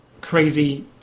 crazy